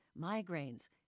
migraines